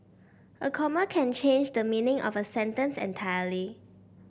a comma can change the meaning of a sentence entirely